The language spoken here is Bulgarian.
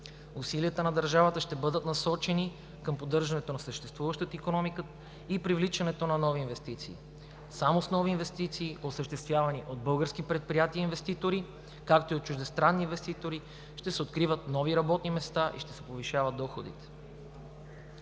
Усилията на държавата ще бъдат насочени към поддържането на съществуващата икономика и привличането на нови инвестиции. Само с нови инвестиции, осъществявани от български предприятия и инвеститори, както и от чуждестранни инвеститори, ще се откриват нови работни места и ще се повишават доходите.“